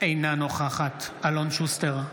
אינה נוכחת אלון שוסטר,